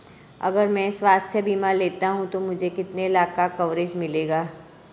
अगर मैं स्वास्थ्य बीमा लेता हूं तो मुझे कितने लाख का कवरेज मिलेगा?